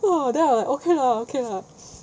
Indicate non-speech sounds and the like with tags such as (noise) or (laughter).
!wow! then 我 then like okay lah okay lah (breath)